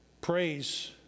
praise